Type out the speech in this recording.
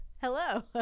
Hello